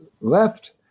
left